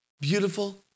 beautiful